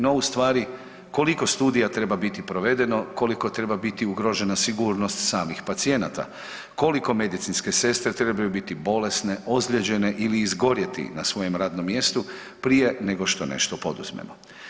No u stvari koliko studija treba biti provedeno, koliko treba biti ugrožena sigurnost samih pacijenata, koliko medicinske sestre trebaju biti bolesne, ozlijeđene ili izgorjeti na svojem radnom mjestu prije nego što nešto poduzmemo.